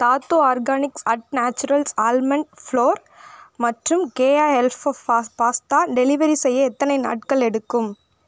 Tattva organics at naturals almond flour மற்றும் கேயா எல்ஃபோ பாஸ்தா டெலிவரி செய்ய எத்தனை நாட்கள் எடுக்கும்